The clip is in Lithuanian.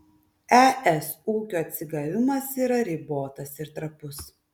es ūkio atsigavimas yra ribotas ir trapus